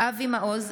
אבי מעוז,